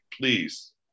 Please